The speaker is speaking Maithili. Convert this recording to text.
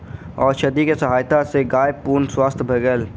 औषधि के सहायता सॅ गाय पूर्ण स्वस्थ भ गेल